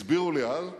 הסבירו לי אז פרשנים,